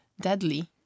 deadly